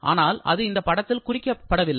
ஆனால் அது இந்தப்படத்தில் குறிப்பிடப்படவில்லை